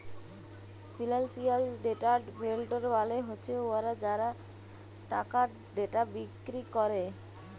financial data vendor মালে হছে উয়ারা যারা টাকার ডেটা বিক্কিরি ক্যরে